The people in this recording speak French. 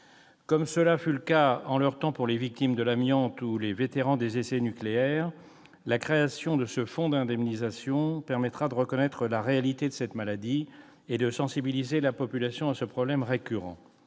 Comme cela fut le cas en leur temps pour les victimes de l'amiante ou les vétérans des essais nucléaires, la création d'un fonds d'indemnisation permettra de reconnaître la réalité de la maladie et de sensibiliser la population à ce problème récurrent.